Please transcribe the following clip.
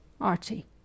Archie